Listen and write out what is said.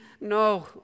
No